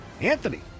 Anthony